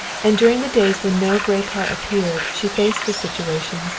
and during the days when no gray car appeared she faced the situation,